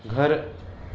घरु